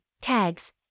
tags